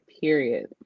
period